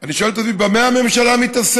אני שואל את עצמי, במה הממשלה מתעסקת?